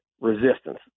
resistance